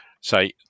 say